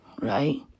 right